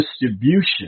distribution